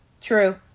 True